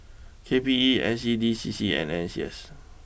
K P E N C D C C and N C S